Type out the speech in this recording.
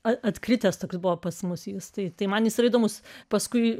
atkritęs toks buvo pas mus justai tai man jis įdomus paskui